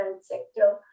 sector